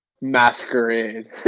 Masquerade